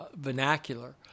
vernacular